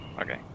Okay